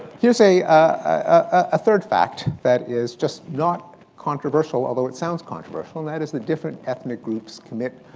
here's a ah third fact that is just not controversial, although it sounds controversial, and that is that different ethnic groups commit